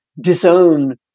disown